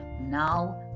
Now